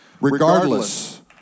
regardless